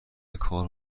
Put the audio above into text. کار